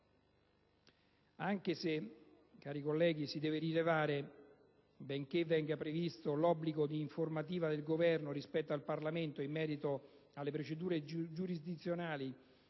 Anche se, cari colleghi, si deve rilevare che, benché venga previsto l'obbligo di informativa del Governo al Parlamento in merito alle procedure giurisdizionali